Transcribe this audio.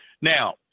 Now